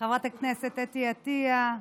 חברת הכנסת אתי עטייה,